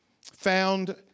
found